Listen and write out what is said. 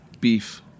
beef